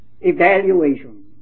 evaluation